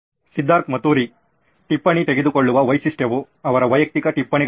ಸಿದ್ಧಾರ್ಥ್ ಮತುರಿ ಟಿಪ್ಪಣಿ ತೆಗೆದುಕೊಳ್ಳುವ ವೈಶಿಷ್ಟ್ಯವು ಅವರ ವೈಯಕ್ತಿಕ ಟಿಪ್ಪಣಿಗಳಂತೆ